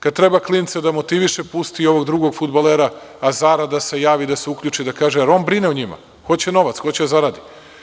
Kada treba klinca da motiviše, pusti ovog drugog fudbalera Azara, da se javi, da se uključi, da kaže, jer on brine o njima, hoće novac, hoće da zaradi.